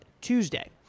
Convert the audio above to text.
Tuesday